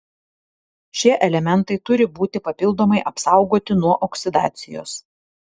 šie elementai turi būti papildomai apsaugoti nuo oksidacijos